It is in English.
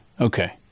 okay